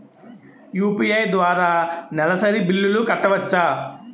UPI ద్వారా నెలసరి బిల్లులు కట్టవచ్చా?